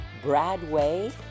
Bradway